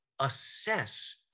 assess